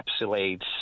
encapsulates